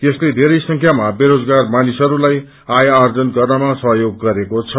यसले धेरै संख्यामाबेरोजगार मानिसहरूलाई आय आर्जन गर्नमा सहयोग गरेको छ